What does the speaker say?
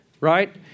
right